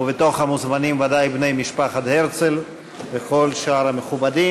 ובתוך המוזמנים בוודאי בני משפחת הרצל וכל שאר המכובדים.